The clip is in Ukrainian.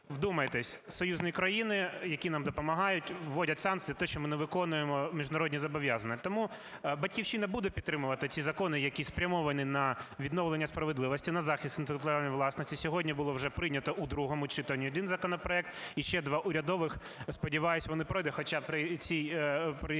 Вдумайтесь, союзні країни, які нам допомагають, вводять санкції за те, що ми не виконуємо міжнародні зобов'язання. Тому "Батьківщина" буде підтримувати ті закони, які спрямовані на відновлення справедливості, на захист інтелектуальної власності. Сьогодні було вже прийнято у другому читанні один законопроект і ще два урядових, сподіваюсь, вони пройдуть, хоча при цій дискусії